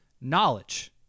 knowledge